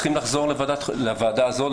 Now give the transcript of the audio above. צריכים לחזור לוועדה הזאת,